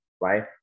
right